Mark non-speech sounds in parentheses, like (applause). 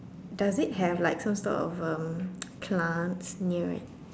does it have like some sort of um (noise) plants near it